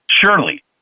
surely